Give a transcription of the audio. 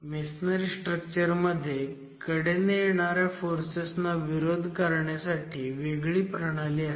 masonry structure मध्ये कडेने येणाऱ्या फोर्सेसना विरोध करण्यासाठी वेगळी प्रणाली असते